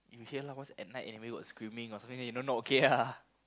you hear lah what's at night everybody got screaming then you know not okay ah